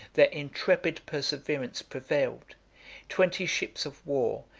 their intrepid perseverance prevailed twenty ships of war,